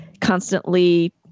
constantly